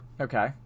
Okay